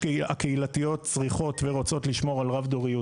הקהילתיות צריכות ורוצות לשמור על רב דוריות.